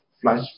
flash